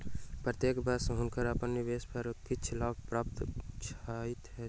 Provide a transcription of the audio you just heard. प्रत्येक वर्ष हुनका अपन निवेश पर किछ लाभ प्राप्त होइत छैन